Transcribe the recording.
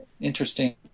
interesting